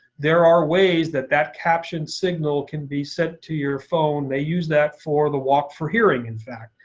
there are ways that that caption signal can be sent to your phone. they use that for the walk for hearing, in fact.